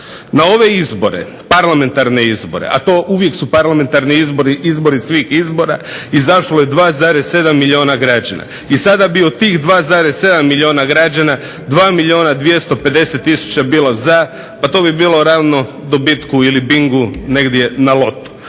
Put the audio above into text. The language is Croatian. na ove izbore, parlamentarne izbore, a to uvijek su parlamentarni izbori izbori svih izbora, izašlo je 2,7 milijuna građana i sada bi od tih 2,7 milijuna građana 2 milijuna 250 tisuća bilo za, pa to bi bilo realno dobitku ili Bingu negdje na lotu.